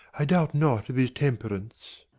i doubt not of his temperance.